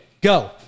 go